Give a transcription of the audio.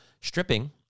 stripping